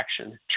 action